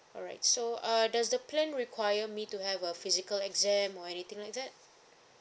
alright so uh does the plan require me to have a physical exam or anything like that